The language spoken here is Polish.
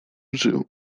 żył